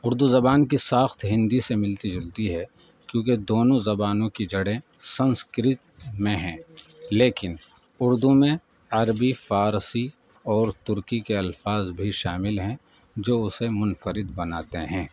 اردو زبان کی ساخت ہندی سے ملتی جلتی ہے کیونکہ دونوں زبانوں کی جڑیں سنسکرت میں ہیں لیکن اردو میں عربی فارسی اور ترکی کے الفاظ بھی شامل ہیں جو اسے منفرد بناتے ہیں